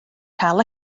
cael